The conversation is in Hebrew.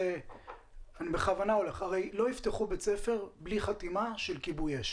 הרי לא יפתחו בית ספר בלי חתימה של כיבוי אש